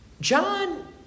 John